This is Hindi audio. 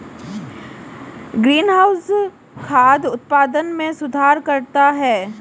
ग्रीनहाउस खाद्य उत्पादन में सुधार करता है